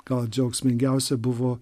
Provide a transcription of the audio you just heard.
gal džiaugsmingiausia buvo